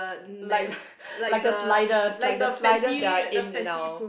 like like the sliders like the sliders that are in and now